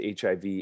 HIV